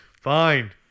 Fine